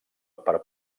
per